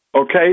okay